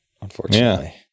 unfortunately